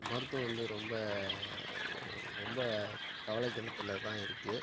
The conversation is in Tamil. மருத்துவம் வந்து ரொம்ப ரொம்ப கவலைக்கிடத்தில் தான் இருக்குது